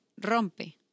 rompe